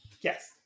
Yes